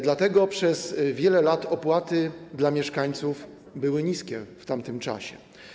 Dlatego przez wiele lat opłaty dla mieszkańców były niskie w tamtym czasie.